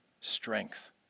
strength